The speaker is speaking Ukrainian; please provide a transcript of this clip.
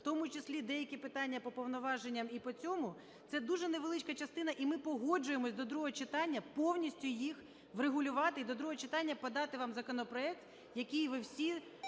в тому числі деякі питання по повноваженням і по цьому, це дуже невеличка частина, і ми погоджуємося до другого читання повністю їх врегулювати, і до другого читання подати вам законопроект, який ви всі